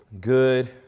good